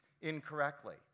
incorrectly